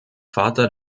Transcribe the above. vater